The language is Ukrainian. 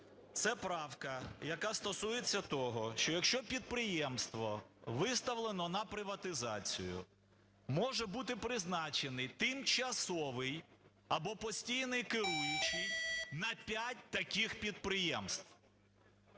Це правка, яка стосується того, що якщо підприємство виставлено на приватизацію, може бути призначений тимчасовий або постійний керуючий на п'ять таких підприємств.